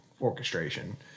orchestration